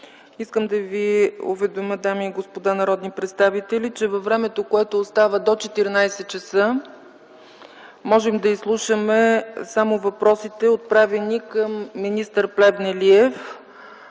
искам да ви уведомя, дами и господа народни представители, че във времето, което остава до 14,00 ч., можем да изслушаме само въпросите, отправени към министър Плевнелиев.